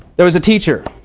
there was a teacher,